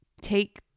take